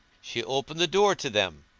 she opened the door to them,